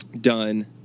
Done